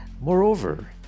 moreover